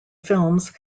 films